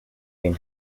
been